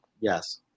yes